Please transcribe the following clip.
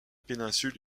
péninsule